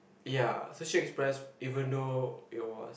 ya Sushi-Express even though it was